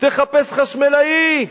תחפש חשמלאי,